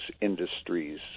industries